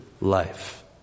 life